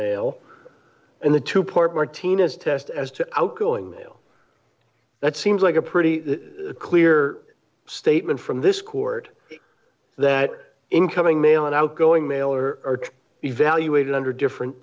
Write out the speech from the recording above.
mail and the two port martinez test as to outgoing mail that seems like a pretty clear statement from this court that incoming mail and outgoing mail are evaluated under different